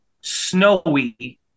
snowy